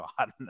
on